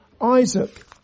Isaac